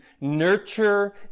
nurture